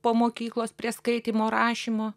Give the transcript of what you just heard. po mokyklos prie skaitymo rašymo